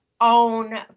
own